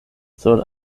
sur